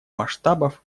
масштабов